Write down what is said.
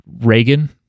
Reagan